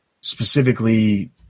specifically